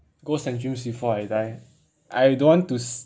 go before I die I don't want to